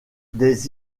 des